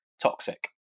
toxic